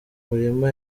mirimo